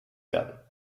werden